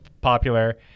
popular